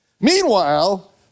Meanwhile